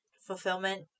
fulfillment